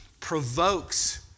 provokes